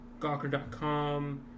Gawker.com